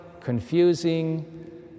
confusing